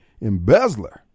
embezzler